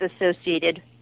associated